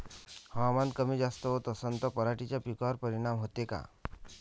हवामान कमी जास्त होत असन त पराटीच्या पिकावर परिनाम होते का?